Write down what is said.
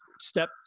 step